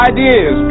Ideas